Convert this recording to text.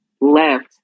left